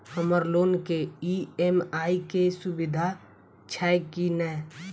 हम्मर लोन केँ ई.एम.आई केँ सुविधा छैय की नै?